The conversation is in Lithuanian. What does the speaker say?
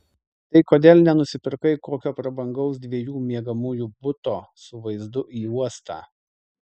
tai kodėl nenusipirkai kokio prabangaus dviejų miegamųjų buto su vaizdu į uostą